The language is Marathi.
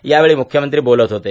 त्यावेळी मुख्यमंत्री बोलत होते